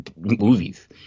movies